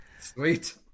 Sweet